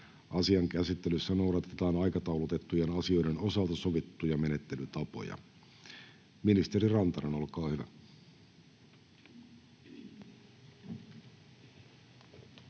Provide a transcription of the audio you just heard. Asian käsittelyssä noudatetaan aikataulutettujen asioiden osalta sovittuja menettelytapoja.